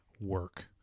work